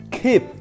Keep